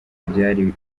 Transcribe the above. byari